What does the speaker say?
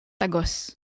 tagos